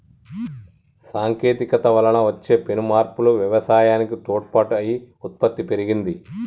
సాంకేతికత వలన వచ్చే పెను మార్పులు వ్యవసాయానికి తోడ్పాటు అయి ఉత్పత్తి పెరిగింది